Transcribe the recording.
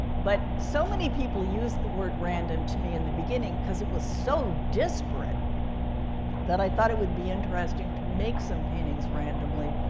but so many people used the word random to me in the beginning because it was so disparate that i thought it would be interesting to make some paintings randomly.